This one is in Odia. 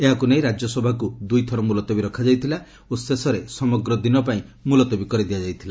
ଏହାକୁ ନେଇ ରାଜ୍ୟସଭାକୁ ଦୁଇଥର ମୁଲତବୀ ରଖାଯାଇଥିଲା ଓ ଶେଷରେ ସମଗ୍ର ଦିନ ପାଇଁ ମୁଲତବୀ କରିଦିଆଯାଇଥିଲା